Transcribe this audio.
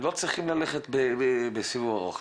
לא צריכים ללכת בסיבוב ארוך,